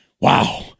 Wow